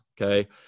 okay